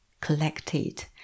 collected